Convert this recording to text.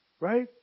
Right